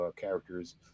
characters